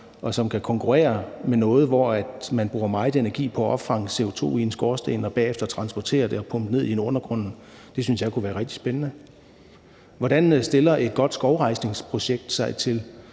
og som kunne konkurrere med noget, hvor man bruger meget energi på at opfange CO2 i en skorsten og bagefter transportere det og pumpe det ned i undergrunden? Det synes jeg kunne være rigtig spændende. Hvordan stiller et godt skovrejsningsprojekt sig i